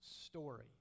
story